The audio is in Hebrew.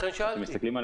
לכן שאלתי.